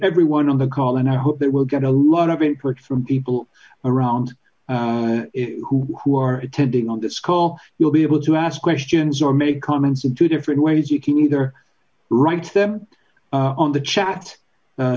everyone on the call and i hope that we'll get a lot of input from people around who are attending on this call you'll be able to ask questions or make comments in two different ways you can either write them on the chat